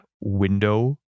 window